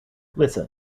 listen